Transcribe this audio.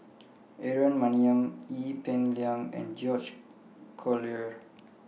Aaron Maniam Ee Peng Liang and George Collyer